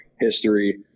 history